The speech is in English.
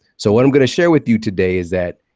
so what i'm going to share with you today is that,